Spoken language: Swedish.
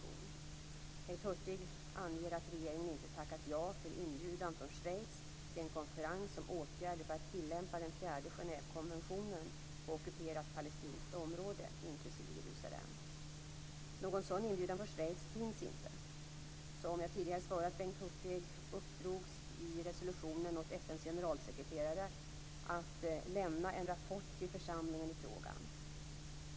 Bengt Hurtig anger att regeringen inte tackat ja till inbjudan från Schweiz till en konferens om åtgärder för att tillämpa den fjärde Genèvekonventionen på ockuperat palestinskt område, inklusive Jerusalem. Någon sådan inbjudan från Schweiz finns inte. Som jag tidigare svarat Bengt Hurtig uppdrogs i resolutionen åt FN:s generalsekreterare att lämna en rapport till församlingen i frågan.